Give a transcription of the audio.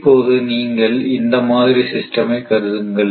இப்போது நீங்கள் இந்த மாதிரி சிஸ்டம் ஐ கருதுங்கள்